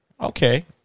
Okay